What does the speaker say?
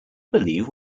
believe